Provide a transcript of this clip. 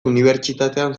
unibertsitatean